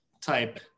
type